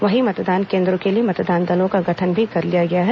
वहीं मतदान केन्द्रों के लिए मतदान दलों का गठन भी कर लिया गया है